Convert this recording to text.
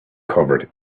covered